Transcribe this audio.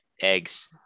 eggs